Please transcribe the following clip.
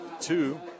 two